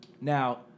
Now